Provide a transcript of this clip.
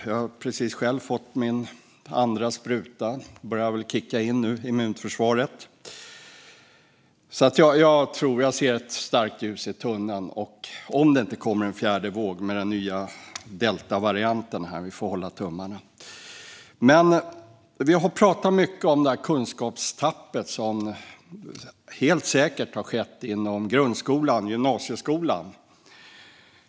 Jag har nyss själv fått min andra spruta, så immunförsvaret börjar väl kicka in nu. Jag ser ett starkt ljus i tunneln, om det inte kommer en fjärde våg med den nya deltavarianten. Vi får hålla tummarna. Vi har pratat mycket om det kunskapstapp som helt säkert har skett inom grundskolan och gymnasieskolan.